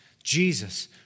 Jesus